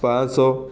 ପାଁଶ